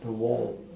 the wall